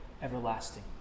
Everlasting